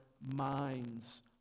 minds